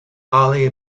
ali